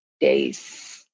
days